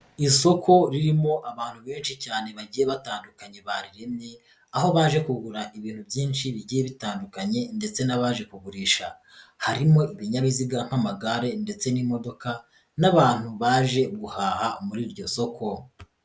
Isoko ririmo abantu benshi cyane bagiye batandukanye bariremye, aho baje kugura ibintu byinshi bigiye bitandukanye ndetse n'abaje kugurisha. Harimo ibinyabiziga nk'amagare ndetse n'imodoka n'abantu baje guhaha muri iryo soko.